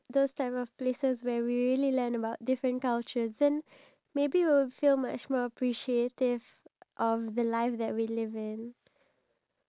the different countries around that only the locals know but it's not really portrayed out in the media so that's what he does and at the end of the day he's very successful